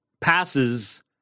passes